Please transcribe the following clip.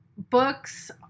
books